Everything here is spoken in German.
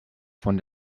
von